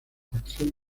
facción